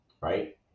right